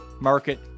market